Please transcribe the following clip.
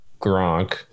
Gronk